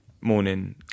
morning